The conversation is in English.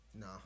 no